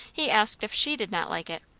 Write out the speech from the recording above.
he asked if she did not like it?